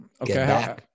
Okay